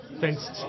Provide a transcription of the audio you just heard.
thanks